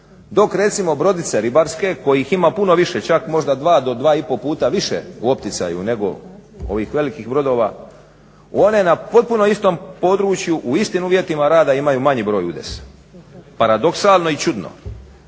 dok recimo brodice ribarske kojih ima puno više, čak možda dva do dva i pol puta više u opticaju nego ovih velikih brodova u one na potpuno istom području u istim uvjetima rada imaju manji broj udesa. Paradoksalno i čudno.